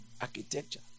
architecture